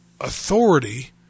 authority